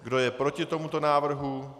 Kdo je proti tomuto návrhu?